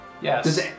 Yes